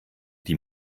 die